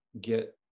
get